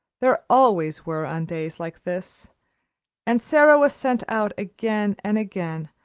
there always were on days like this and sara was sent out again and again,